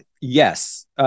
yes